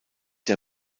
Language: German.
der